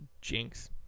Jinx